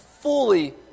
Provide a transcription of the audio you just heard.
fully